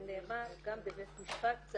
זה נאמר גם בבית משפט.